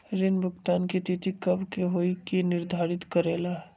ऋण भुगतान की तिथि कव के होई इ के निर्धारित करेला?